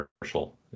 commercial